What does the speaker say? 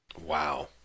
Wow